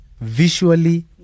visually